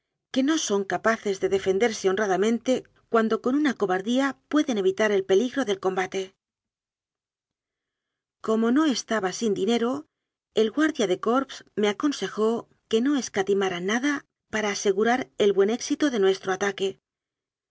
que no son capaces de defenderse honrada mente cuando con una cobardía pueden evitar el peligro del combate como no estaba sin dinero el guardia de corps me aconsejó que no escatimara nada para asegu rar el buen éxito de nuestro ataque